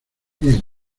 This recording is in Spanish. bien